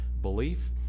belief